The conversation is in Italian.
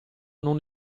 non